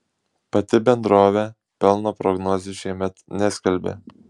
pati bendrovė pelno prognozių šiemet neskelbė